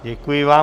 Děkuji vám.